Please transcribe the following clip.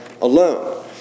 alone